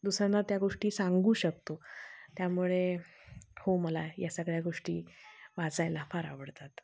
दुसऱ्यांना त्या गोष्टी सांगू शकतो त्यामुळे हो मला या सगळ्या गोष्टी वाचायला फार आवडतात